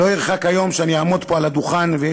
לא ירחק היום שאני אעמוד פה על הדוכן ויהיו